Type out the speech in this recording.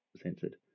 censored